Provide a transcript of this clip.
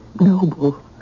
noble